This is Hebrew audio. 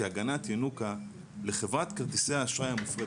כהגנה ינוקא לחברת כרטיסי האשראי המופרדת.